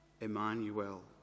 Emmanuel